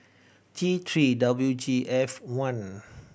T Three W G F one